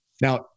Now